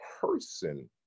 person